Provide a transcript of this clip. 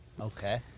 Okay